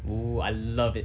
oo I love it